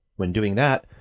when doing that,